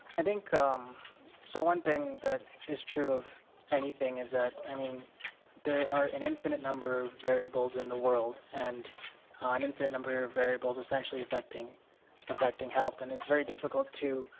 i think um so one thing that is true of anything is i mean there are an infinite number of variables in the world. and an infinite number of variables essentially affecting affecting health. and it's very difficult to